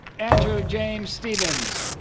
andrew james stephens